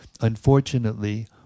unfortunately